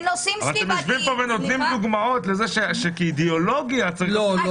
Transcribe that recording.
אבל אתם יושבים פה ונותנים דוגמאות שכאידיאולוגיה צריך להכשיל --- לא.